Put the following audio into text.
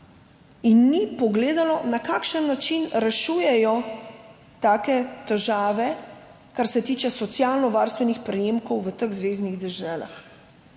in ni pogledalo, na kakšen način rešujejo take težave, kar se tiče socialnovarstvenih prejemkov, v teh zveznih deželah.